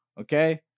Okay